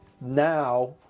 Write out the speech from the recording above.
now